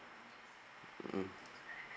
mm